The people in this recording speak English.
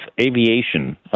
aviation